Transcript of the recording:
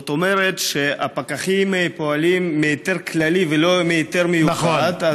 זאת אומרת שהפקחים פועלים מהיתר כללי ולא מהיתר מיוחד.